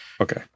okay